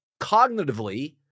cognitively